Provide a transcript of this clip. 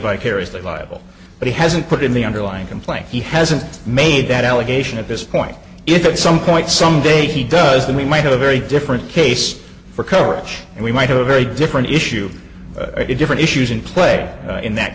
vicariously liable but he hasn't put in the underlying complaint he hasn't made that allegation at this point if at some point someday he does then we might have a very different case for coverage and we might have a very different issue to different issues in play in that